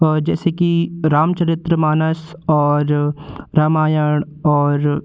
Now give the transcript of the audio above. जैसे कि राम चरित्र मानस और रामायण और